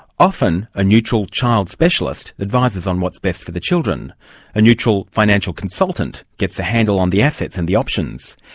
often a neutral child specialist advises on what's best for the children a neutral financial consultant gets a handle on the assets and the options.